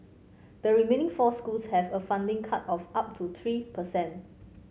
the remaining four schools have a funding cut of up to three per cent